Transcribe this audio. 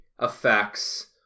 affects